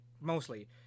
mostly